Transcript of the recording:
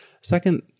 Second